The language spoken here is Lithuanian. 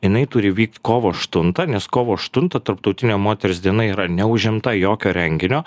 jinai turi vykt kovo aštuntą nes kovo aštunta tarptautinė moters diena yra neužimta jokio renginio